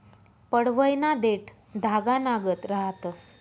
पडवयना देठं धागानागत रहातंस